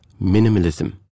minimalism